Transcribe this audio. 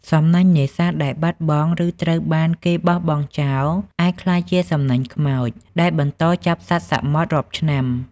សំណាញ់នេសាទដែលបាត់បង់ ឬត្រូវបានគេបោះបង់ចោលអាចក្លាយជា សំណាញ់ខ្មោច ដែលបន្តចាប់សត្វសមុទ្ររាប់ឆ្នាំ។